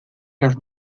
las